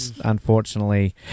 unfortunately